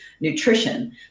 nutrition